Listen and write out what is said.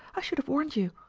i should have warned you.